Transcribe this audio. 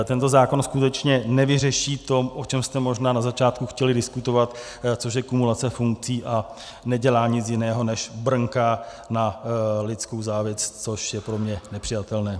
Tento zákon skutečně nevyřeší to, o čem jste možná na začátku chtěli diskutovat, což je kumulace funkci, a nedělá nic jiného, než brnká na lidskou závist, což je pro mě nepřijatelné.